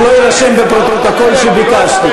שלא יירשם בפרוטוקול שביקשתי.